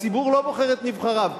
הציבור לא בוחר את נבחריו,